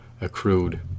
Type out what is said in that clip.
accrued